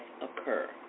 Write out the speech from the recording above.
occur